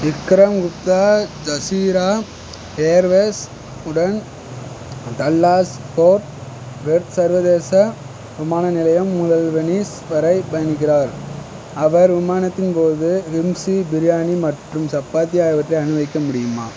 Vikram Gupta Jazeera Airways உடன் Dallas Fort Worth சர்வதேச விமான நிலையம் முதல் வெனிஸ் வரை பயணிக்கிறார் அவர் விமானத்தின் போது கிம்சி பிரியாணி மற்றும் சப்பாத்தி ஆகியவற்றை அனுபவிக்க முடியுமா